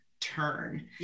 turn